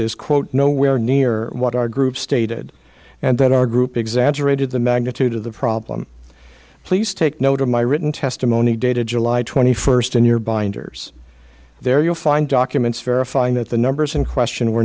is quote nowhere near what our group stated and that our group exaggerated the magnitude of the problem please take note of my written testimony dated july twenty first and your binders there you'll find documents verifying that the numbers in question were